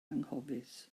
anghofus